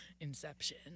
Inception